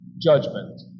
judgment